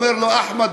אומר לו: אחמד,